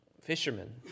fishermen